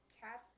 cats